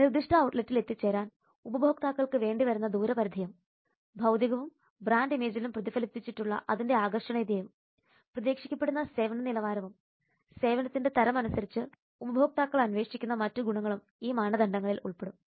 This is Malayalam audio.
നിർദ്ദിഷ്ട ഔട്ട്ലെറ്റിൽ എത്തിച്ചേരാൻ ഉപഭോക്താക്കൾക്ക് വേണ്ടി വരുന്ന ദൂരപരിധിയും ഭൌതികവും ബ്രാൻഡ് ഇമേജിലും പ്രതിഫലിച്ചിട്ടുള്ള അതിന്റെ ആകർഷണീയതയും പ്രതീക്ഷിക്കപ്പെടുന്ന സേവന നിലവാരവും സേവനത്തിന്റെ തരം അനുസരിച്ച് ഉപഭോക്താക്കൾ അന്വേഷിക്കുന്ന മറ്റ് ഗുണങ്ങളും ഈ മാനദണ്ഡങ്ങളിൽ ഉൾപ്പെടും